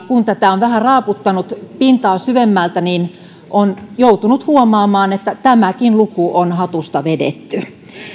kun tätä on vähän raaputtanut pintaa syvemmältä niin on joutunut huomaamaan että tämäkin luku on hatusta vedetty